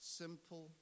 simple